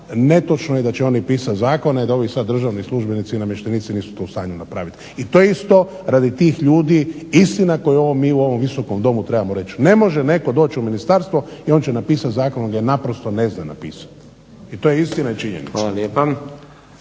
netočno je da će oni pisati zakone, a da ovi sad državni službenici i namještenici nisu to u stanju napraviti. I to je isto radi tih ljudi istina koju mi u ovom visokom Domu trebamo reći. Ne može netko doći u ministarstvo i on će napisati zakon jer ga naprosto ne zna napisati. I to je istina i činjenica.